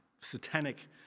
satanic